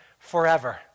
forever